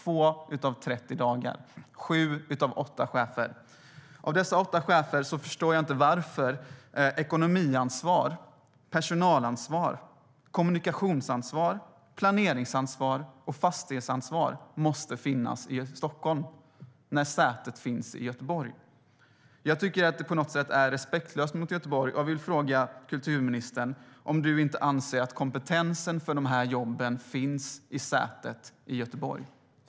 Jag förstår inte varför just ekonomiansvar, personalansvar, kommunikationsansvar, planeringsansvar och fastighetsansvar måste finnas i Stockholm när sätet finns i Göteborg.Jag tycker att detta på något sätt är respektlöst mot Göteborg. Jag vill fråga kulturministern om hon inte anser att kompetensen för de här jobben finns i Göteborg, i sätet.